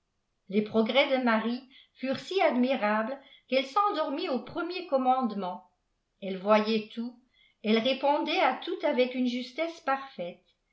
les progrès de marié furent i admirables qu'elle s'eiir dormit âut premier commandement elé vpyajit tout elle répondait à tout avec une justesse parfaite